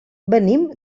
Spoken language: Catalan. venim